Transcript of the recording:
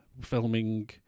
filming